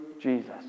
Jesus